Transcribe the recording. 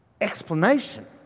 Explanation